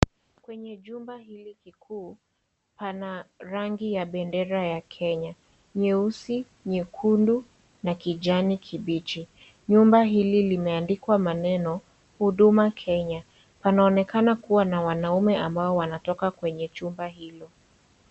Kwenye jumba hili kikuu, pana rangi ya bendera ya Kenya. Nyeusi, nyekundu na kijani kibichi. Nyumba hili limeandikwa maneno, Huduma Kenya. Panaonekana kuwa na wanaume ambao wanatoka kwenye chumba hilo.